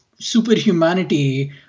superhumanity